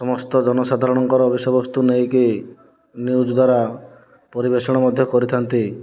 ସମସ୍ତ ଜନସାଧାରଣଙ୍କର ବିଷୟବସ୍ତୁ ନେଇକି ନ୍ୟୁଜ୍ ଦ୍ଵାରା ପରିବେଷଣ ମଧ୍ୟ କରିଥାନ୍ତି